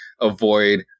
avoid